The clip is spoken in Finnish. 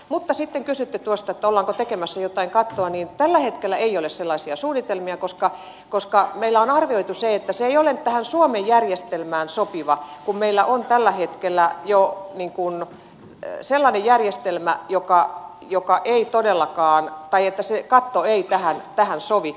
mutta kun sitten kysyitte tuosta että ollaanko tekemässä jotain kattoa niin tällä hetkellä ei ole sellaisia suunnitelmia koska meillä on arvioitu että se ei ole tähän suomen järjestelmään sopiva kun meillä on tällä hetkellä jo sellainen järjestelmä johon se katto ei todellakaan sovi